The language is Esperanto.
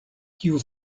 kiu